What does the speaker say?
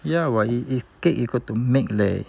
ya what cake you got to make leh